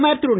பிரதமர் திரு